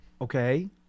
Okay